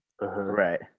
right